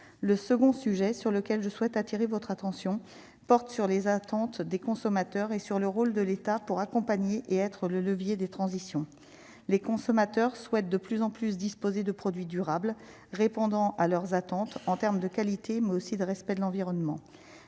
le second sujet sur lequel je souhaite attirer votre attention porte sur les attentes des consommateurs et sur le rôle de l'État pour accompagner et être le levier des transitions les consommateurs souhaitent de plus en plus disposer de produits durables répondant à leurs attentes en termes de qualité mais aussi de respect de l'environnement,